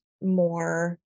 more